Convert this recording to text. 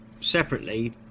separately